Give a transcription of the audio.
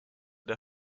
der